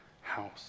house